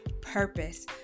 purpose